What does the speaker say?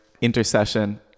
intercession